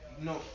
No